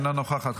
אינה נוכחת,